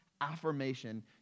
affirmation